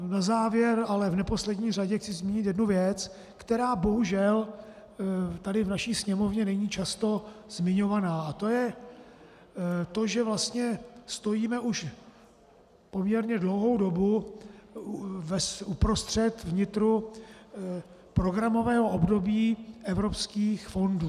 Na závěr, ale v neposlední řadě chci zmínit jednu věc, která bohužel tady v naší Sněmovně není často zmiňovaná, a to je to, že vlastně stojíme už poměrně dlouhou dobu uprostřed, v nitru programového období evropských fondů.